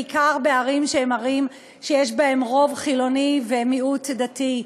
בעיקר בערים שיש בהן רוב חילוני ומיעוט דתי.